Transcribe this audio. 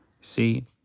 See